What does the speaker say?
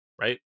right